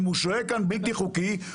שאם הוא שוהה בלתי חוקי,